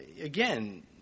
Again